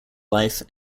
life